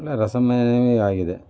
ಒಳ್ಳೆ ರಸಮಯವೆ ಆಗಿದೆ